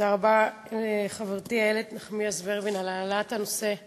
תודה רבה לחברתי איילת נחמיאס ורבין על העלאת הנושא החשוב,